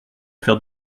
faire